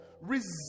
Resist